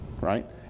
right